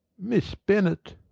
miss bennet!